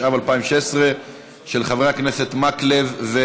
ותעבור לוועדת הכספים להכנתה לקריאה ראשונה.